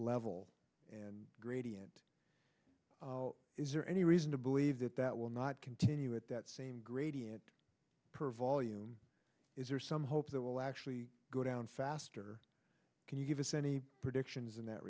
level and gradient is there any reason to believe that that will not continue at that same gradient per volume is there some hope that will actually go down faster can you give us any predictions in that